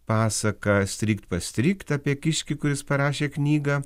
pasaka strykt pastrykt apie kiškį kuris parašė knygą